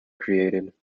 created